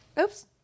oops